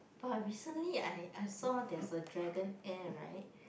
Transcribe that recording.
but recently I I saw there's a Dragon Air right